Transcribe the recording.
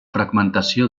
fragmentació